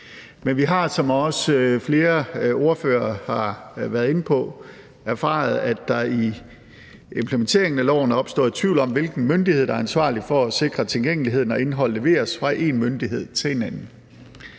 Men vi har, som også flere ordførere har været inde på, erfaret, at der i implementeringen af loven er opstået tvivl om, hvilken myndighed der er ansvarlig for at sikre tilgængeligheden, når indholdet leveres fra en myndighed til en anden.